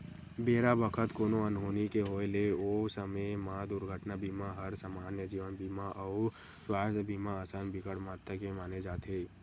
बेरा बखत कोनो अनहोनी के होय ले ओ समे म दुरघटना बीमा हर समान्य जीवन बीमा अउ सुवास्थ बीमा असन बिकट महत्ता के माने जाथे